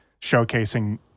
showcasing